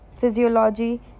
Physiology